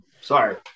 sorry